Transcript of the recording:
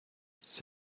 sie